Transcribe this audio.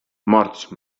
morts